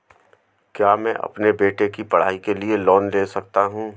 क्या मैं अपने बेटे की पढ़ाई के लिए लोंन ले सकता हूं?